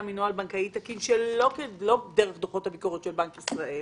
מנוהל בנקאי תקין שלא דרך דוחות הביקורת של בנק ישראל?